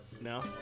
No